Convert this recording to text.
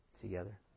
together